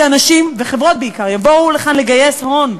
כדי שאנשים, וחברות בעיקר, יבואו לכאן לגייס הון.